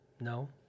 No